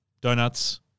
donuts